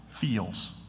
feels